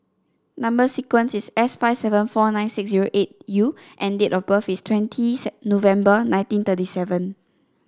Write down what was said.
number sequence is S five seven four nine six zero eight U and date of birth is twentieth November nineteen thirty seven